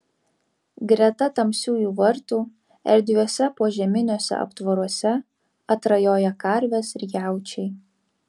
greta tamsiųjų vartų erdviuose požeminiuose aptvaruose atrajoja karvės ir jaučiai